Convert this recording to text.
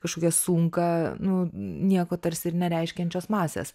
kažkokią sunką nu nieko tarsi ir nereiškiančios masės